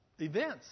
events